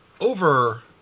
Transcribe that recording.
over